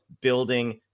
Building